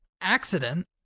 accident